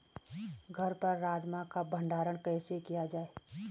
घर पर राजमा का भण्डारण कैसे किया जाय?